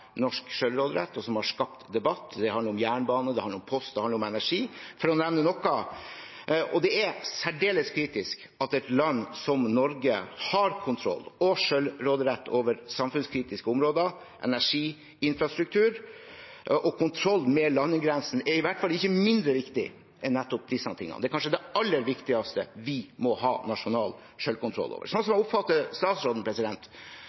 norsk selvråderett, og som har skapt debatt. Det handler om jernbane, det handler om post, det handler om energi – for å nevne noe. Det er særdeles kritisk at et land som Norge har kontroll og selvråderett over samfunnskritiske områder som energi og infrastruktur, og kontroll med landegrensen er i hvert fall ikke mindre viktig enn nettopp disse tingene. Det er kanskje det aller viktigste vi må ha nasjonal selvkontroll over. Sånn som jeg oppfatter statsråden,